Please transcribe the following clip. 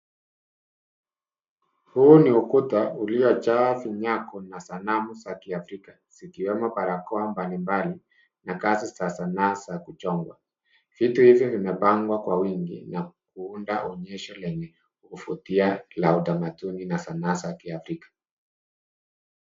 Huu ni ukuta uliojaa vinyago na sanamu za kiafrika zikiwemo barakoa mbalimbali na kazi za sanaa za kuchongwa. Vitu hivyo vimepangwa kwa wingi na kuunda onyesho lenye kuvutia la utamaduni na sanaa za kiafrika.